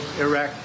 iraq